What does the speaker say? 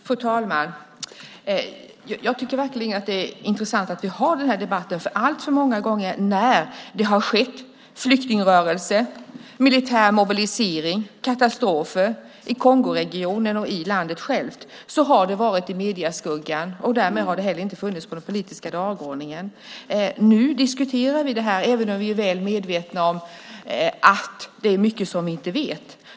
Fru talman! Det är verkligen intressant att vi har den här debatten. Alltför många gånger när det har skett flyktingrörelser, militär mobilisering och katastrofer i Kongoregionen och i landet självt har det varit i medieskuggan. Därmed har det inte heller funnits på den politiska dagordningen. Nu diskuterar vi det här, även om vi är väl medvetna om att det är mycket som vi inte vet.